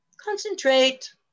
concentrate